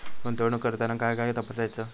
गुंतवणूक करताना काय काय तपासायच?